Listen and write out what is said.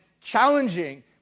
challenging